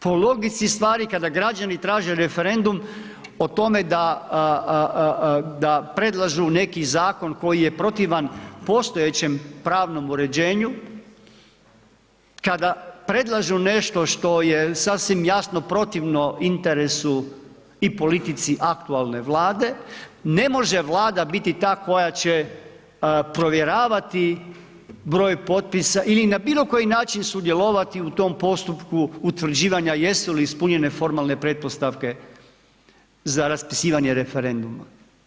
Po logici stvari kada građani traže referendum o tome da, da predlažu neki zakon koji je protivan postojećem pravnom uređenju, kada predlažu nešto što je sasvim jasno protivno interesu i politici aktualne vlade, ne može Vlada biti ta koja će provjeravati broj potpisa ili na bilo koji način sudjelovati u tom postupku utvrđivanja jesu li ispunjeni formalne pretpostavke za raspisivanje referenduma.